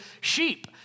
sheep